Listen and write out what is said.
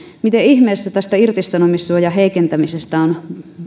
miten ihmeessä tästä irtisanomissuojan heikentämisestä on